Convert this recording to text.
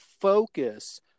focus